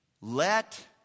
Let